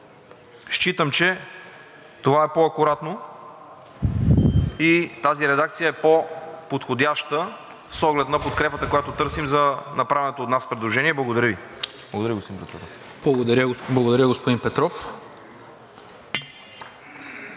Считам, че това е по-акуратно и тази редакция е по-подходяща с оглед на подкрепата, която търсим за направеното от нас предложение. Благодаря Ви. Благодаря Ви, господин